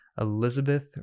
Elizabeth